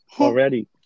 already